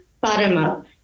bottom-up